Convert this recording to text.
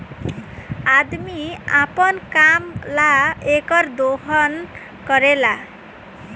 अदमी अपना काम ला एकर दोहन करेला